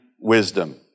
wisdom